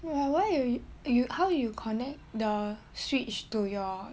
you you you how you connect the switch to your